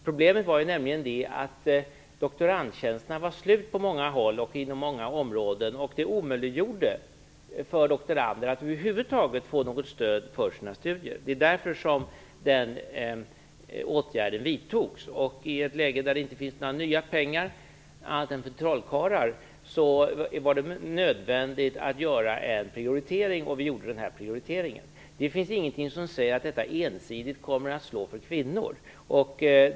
Problemet var nämligen att doktorandtjänsterna var slut på många håll och inom många områden, och det omöjliggjorde för många doktorander att över huvud taget få något stöd för sina studier. Det var därför den åtgärden vidtogs. I ett läge när inga andra än trollkarlar kan åstadkomma några nya pengar var det nödvändigt att göra en prioritering, och vi gjorde den här. Det finns ingenting som säger att detta ensidigt kommer att ha effekt för kvinnor.